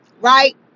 right